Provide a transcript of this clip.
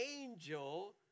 angel